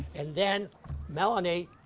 and then melanie,